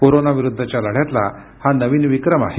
corona विरुद्धच्या लढ्यातला हा नवीन विक्रम आहे